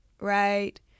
right